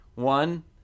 One